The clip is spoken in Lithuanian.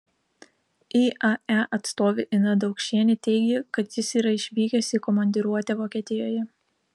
iae atstovė ina daukšienė teigė kad jis yra išvykęs į komandiruotę vokietijoje